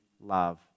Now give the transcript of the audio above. love